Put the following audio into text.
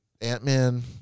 Ant-Man